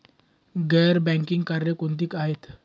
गैर बँकिंग कार्य कोणती आहेत?